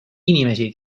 inimesi